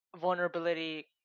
vulnerability